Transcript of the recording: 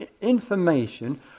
information